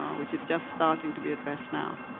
um which is just starting to be addressed now.